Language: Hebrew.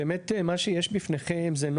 המציאו לפנינו.